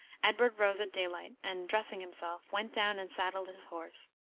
edward rose at daylight, and, dressing himself, went down and saddled his horse.